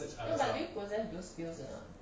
eh like 鱼骨 leh those piece or not